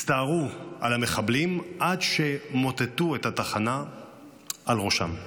הסתערו על המחבלים עד שמוטטו את התחנה על ראשם.